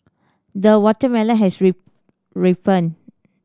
the watermelon has rip